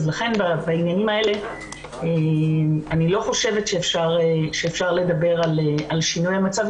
לכן בעניינים האלה אני לא חושבת שאפשר לדבר על שינוי המצב.